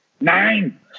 Nine